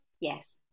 Yes